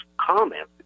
comment